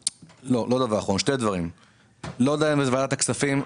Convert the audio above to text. אני לא יודע אם זה שייך לוועדת הכספים,